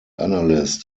analyst